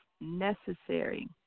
necessary